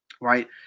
right